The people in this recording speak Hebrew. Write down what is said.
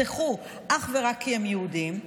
אך ורק כי הם יהודים,